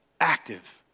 active